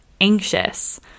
anxious